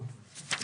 תומר,